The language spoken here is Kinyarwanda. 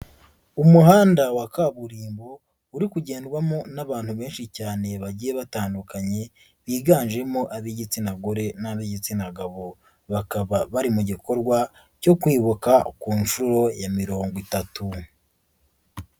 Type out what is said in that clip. Umuhanda wa kaburimbo uri kugendwamo n'abantu benshi cyane bagiye batandukanye biganjemo ab'igitsina gore n'ab'igitsina gabo, bakaba bari mu gikorwa cyo kwibuka ku nshuro ya mirongo itatu.